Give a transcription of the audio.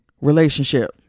relationship